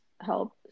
help